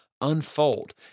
unfold